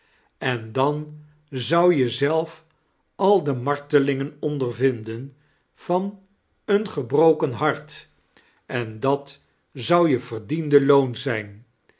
en dan zou je zelf al de niartelimgen ondervinden vain een gebroken hart en dat zou je verdiende loon zijn